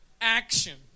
action